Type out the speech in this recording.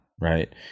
right